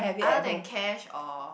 other than cash or